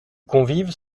convives